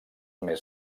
més